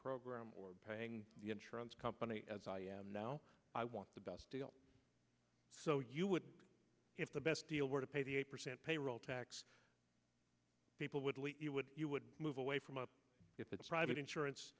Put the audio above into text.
program or paying the insurance company as i am now i want the best deal so you would if the best deal were to pay the eight percent payroll tax people would you would you would move away from it's private insurance